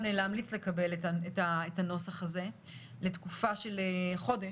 להמליץ לקבל את הנוסח הזה לתקופה של חודש,